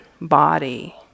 body